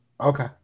Okay